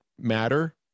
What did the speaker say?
matter